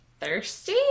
thirsty